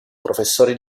professore